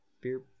beer